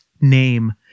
name